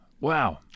Wow